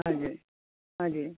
हजुर हजुर